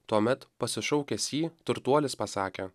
tuomet pasišaukęs jį turtuolis pasakė